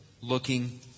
looking